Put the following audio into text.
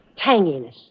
tanginess